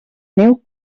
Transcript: neu